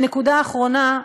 ונקודה אחרונה,